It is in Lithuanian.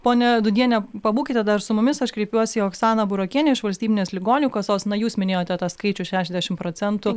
ponia dūdiene pabūkite dar su mumis aš kreipiuosi į oksaną burokienę iš valstybinės ligonių kasos na jūs minėjote tą skaičių šešiasdešim procentų